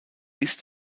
ist